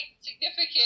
significant